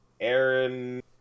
Aaron